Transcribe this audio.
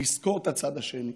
לזכור את הצד השני,